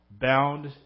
bound